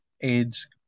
AIDS